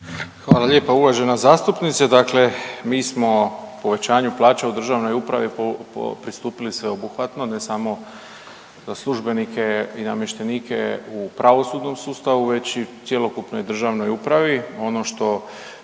Hvala lijepa uvažena zastupnice. Dakle mi smo povećanju plaća u državnoj upravi pristupili sveobuhvatno, ne samo za službenike i namještenike u pravosudnom sustavu, već i cjelokupnoj državnoj upravi. Ono što